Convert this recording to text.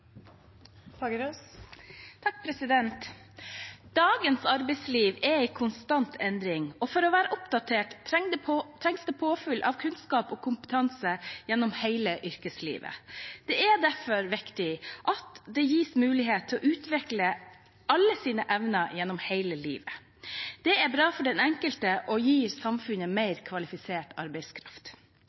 konstant endring. For å være oppdatert trengs det påfyll av kunnskap og kompetanse gjennom hele yrkeslivet. Det er derfor viktig at folk gis mulighet til å utvikle alle sine evner gjennom hele livet. Det er bra for den enkelte og gir samfunnet mer kvalifisert arbeidskraft.